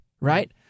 Right